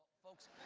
folks,